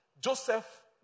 Joseph